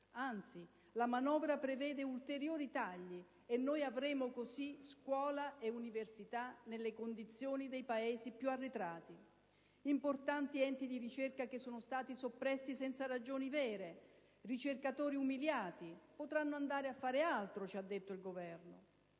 Anzi, la manovra prevede ulteriori tagli, e avremo così scuola e università nelle condizioni dei Paesi più arretrati. Importanti enti di ricerca sono stati soppressi senza ragioni vere, con ricercatori umiliati: «potranno andare a fare altro», ci ha detto il Governo.